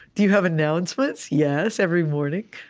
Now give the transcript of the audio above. do you have announcements? yes, every morning.